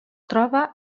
troba